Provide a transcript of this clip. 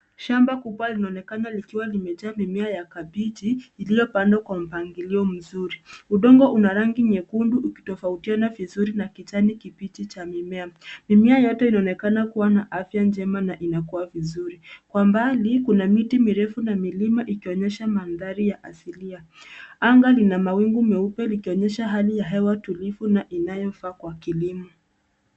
Shamba kubwa linaonekana likiwa limejaa mimea ya kabichi iliyopandwa kwa mpangilio mzuri. Udongo una rangi nyekundu ukitofautiana vizuri na kijani kibichi cha mimea. Mimea yote inaonekana kuwa na afya njema na inakua vizuri. Kwa mbali, kuna miti mirefu na milima ikionyesha mandhari ya asilia. Anga lina mawingu meupe, likionyesha hali ya hewa tulivu na inayofaa kwa kilimo.